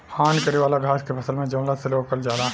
हानि करे वाला घास के फसल में जमला से रोकल जाला